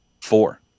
Four